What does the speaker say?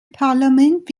parlament